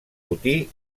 botí